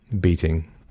beating